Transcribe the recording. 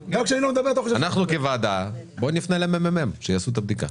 אנחנו כוועדה, בואו נפנה לממ"מ שיעשו את הבדיקה.